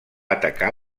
atacar